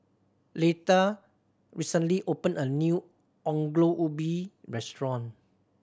Leitha recently opened a new Ongol Ubi restaurant